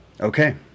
Okay